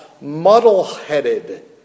muddle-headed